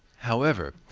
however,